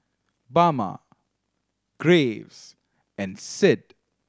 Bama Graves and Sid